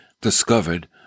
discovered